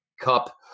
Cup